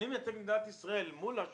אני מייצג את מדינת ישראל מול יותר